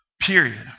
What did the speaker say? Period